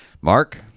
Mark